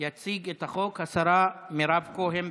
תציג את הצעת החוק השרה מירב כהן.